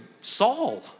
Saul